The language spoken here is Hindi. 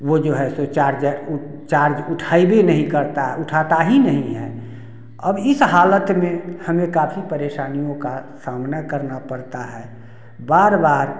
वो जो है सो चार्जर वो चार्ज उठा नहीं करता उठाता ही नहीं है अब इस हालत में हमें काफी परेशानियों का सामना करना पड़ता है बार बार